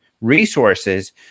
resources